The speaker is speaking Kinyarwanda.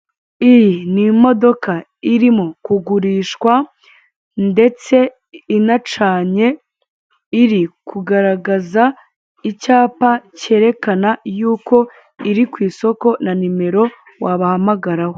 Iyi ni imodoka irimo kugurishwa ndetse inacanye iri kugaragaza icyapa kerekana yuko iri ku isoko na nimero wabahamagaraho.